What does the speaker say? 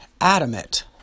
adamant